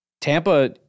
Tampa